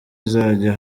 izajya